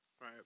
Right